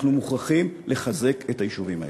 אנחנו מוכרחים לחזק את היישובים האלה.